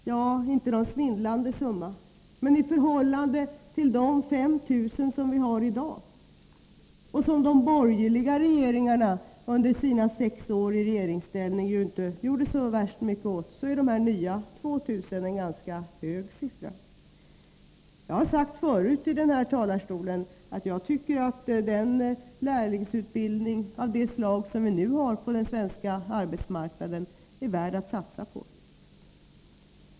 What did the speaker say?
Ja, det är inte något svindlande antal, men i förhållande till de 5 000 som vi har i dag och som de borgerliga regeringarna under sina sex år i regeringsställning inte gjorde så värst mycket åt, är de nya 2 000 ett ganska stort antal. Jag har sagt förut i den här talarstolen att jag tycker att en lärlingsutbildning av det slag som vi nu har på den svenska arbetsmarknaden är värd att satsa på.